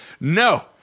No